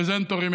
פרזנטורים,